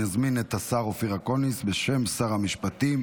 אני מזמין את השר אופיר אקוניס, בשם שר המשפטים,